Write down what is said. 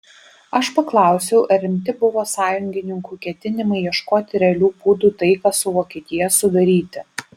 aš paklausiau ar rimti buvo sąjungininkų ketinimai ieškoti realių būdų taiką su vokietija sudaryti